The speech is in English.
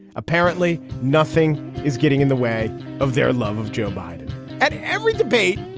apparently, nothing is getting in the way of their love of joe biden at every debate.